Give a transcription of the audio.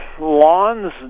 Lawns